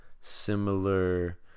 similar